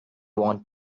want